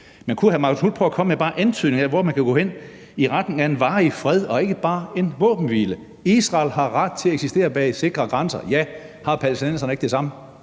Men kunne hr. Marcus Knuth prøve at komme med bare antydningen af, hvor man kan gå hen i retning af en varig fred og ikke bare en våbenhvile? Israel har ret til at eksistere bag sikre grænser. Ja. Har palæstinenserne ikke det samme?